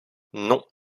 non